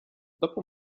dopo